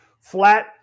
flat